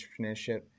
entrepreneurship